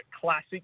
classic